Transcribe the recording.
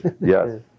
yes